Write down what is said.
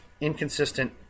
Inconsistent